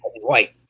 white